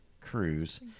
cruise